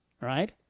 right